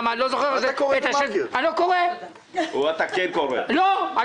אמרו שאני